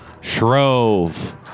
Shrove